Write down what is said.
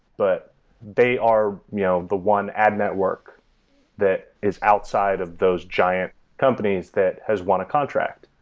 but they are you know the one ad network that is outside of those giant companies that has won a contract.